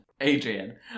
Adrian